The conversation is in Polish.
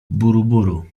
buruburu